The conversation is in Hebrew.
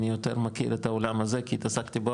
אני יותר מכיר את העולם הזה כי התעסקתי בו